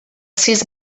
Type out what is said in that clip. sis